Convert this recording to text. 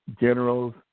generals